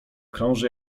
krąży